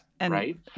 right